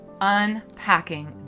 unpacking